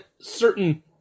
certain